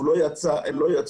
הוא לא יצא, הם לא יצאו,